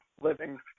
living